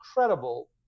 incredible